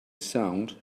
sound